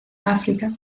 áfrica